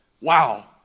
Wow